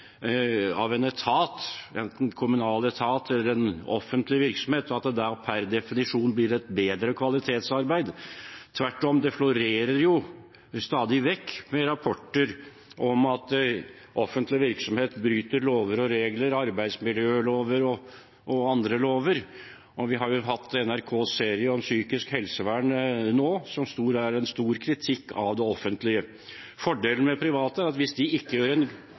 av en kommunal etat eller en offentlig virksomhet, er det ikke per definisjon et bedre kvalitetsarbeid. Det florerer jo stadig vekk rapporter om at offentlig virksomhet bryter lover og regler – arbeidsmiljøloven og andre lover – og vi har hatt NRKs serie om psykisk helsevern, som er en stor kritikk av det offentlige. Fordelen med private er at hvis de ikke gjør en